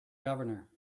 governor